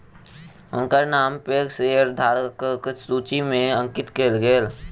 हुनकर नाम पैघ शेयरधारकक सूचि में अंकित कयल गेल